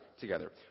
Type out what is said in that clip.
together